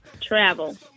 travel